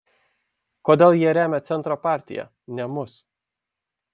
kodėl jie remia centro partiją ne mus